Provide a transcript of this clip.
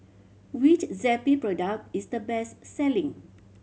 which Zappy product is the best selling